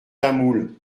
tamoul